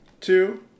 two